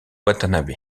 watanabe